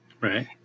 Right